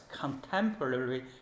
contemporary